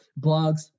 blogs